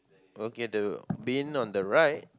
okay the bin on the right